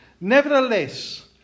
Nevertheless